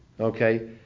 Okay